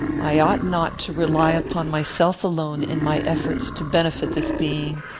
i ought not to rely upon myself alone in my efforts to benefit this being,